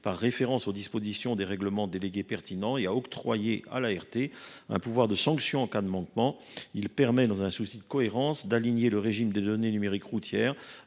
par référence aux dispositions des règlements délégués pertinents, et à octroyer à l’ART un pouvoir de sanction en cas de manquement. L’adoption de cet amendement permettrait, dans un souci de cohérence, d’aligner le régime des données numériques routières